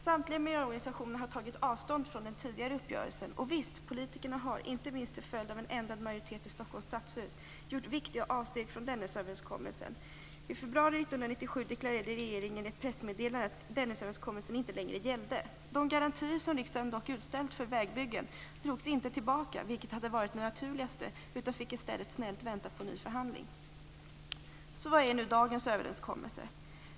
Samtliga miljöorganisationer har tagit avstånd från den tidigare uppgörelsen. Och visst, politikerna har, inte minst till följd av en ändrad majoritet i Stockholms stadshus, gjort viktiga avsteg från Dennisöverenskommelsen. I februari 1997 deklarerade regeringen i ett pressmeddelande att Dennisöverenskommelsen inte längre gällde. De garantier som riksdagen dock utställt för vägbyggen drogs inte tillbaka, vilket hade varit det naturligaste, utan fick i stället snällt vänta på ny förhandling. Vad är nu dagens överenskommelse?